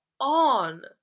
on